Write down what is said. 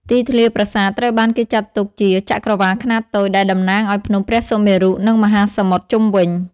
ទីធ្លាប្រាសាទត្រូវបានគេចាត់ទុកជា ចក្រវាឡខ្នាតតូច ដែលតំណាងឲ្យភ្នំព្រះសុមេរុ និងមហាសមុទ្រជុំវិញ។